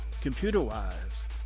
computer-wise